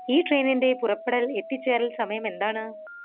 ഈ ട്രെയിനിൻ്റെ പുറപ്പെടൽ എത്തിച്ചേരൽ സമയം എന്താണ്